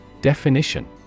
Definition